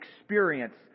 experience